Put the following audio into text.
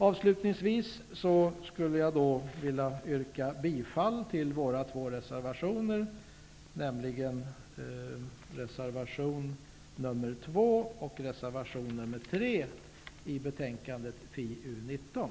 Avslutningsvis skulle jag vilja yrka bifall till Ny demokratis två reservationer, nämligen reservation nr 2 och reservation nr 3 som är fogade till betänkandet FiU19.